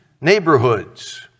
neighborhoods